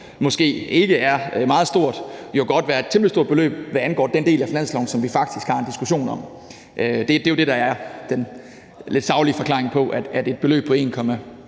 måske ikke er meget stort, jo godt være et temmelig stort beløb, hvad angår den del af finansloven, som vi faktisk har en diskussion om. Det er jo det, der er den lidt saglige forklaring på, at et beløb på 1,2